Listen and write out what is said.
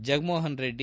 Jaganmohan Reddy